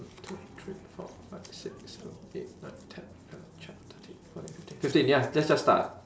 two three four five six seven eight nine ten eleven twelve thirteen fourteen fifteen fifteen ya just just start ah